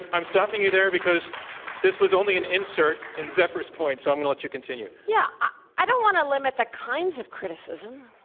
i'm stopping you there because this was only an insert in zephyr's point. so, i'm going to let you continue. yeah. i don't want to limit the kinds of criticism.